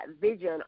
vision